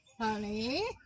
Honey